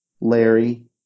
Larry